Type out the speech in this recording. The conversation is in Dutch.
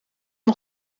nog